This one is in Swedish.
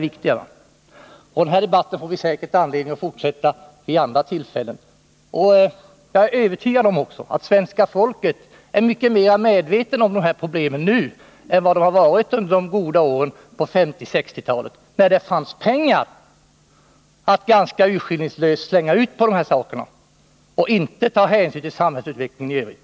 Onsdagen den Den här debatten får vi säkert anledning att fortsätta vid andra tillfällen. 19 november 1980 Jag är också övertygad om att svenska folket nu är mycket mera medvetet om de här problemen än det var under de goda åren på 1950 och 1960-talen, när Sölvbackaström det fanns pengar att ganska urskillningslöst slänga ut på de här sakerna utan marna att ta hänsyn till samhällsutvecklingen i övrigt.